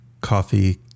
coffee